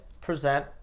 present